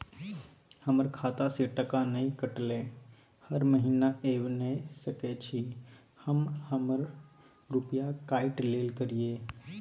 हमर खाता से टका नय कटलै हर महीना ऐब नय सकै छी हम हमर रुपिया काइट लेल करियौ?